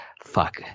Fuck